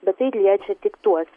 bet tai liečia tik tuos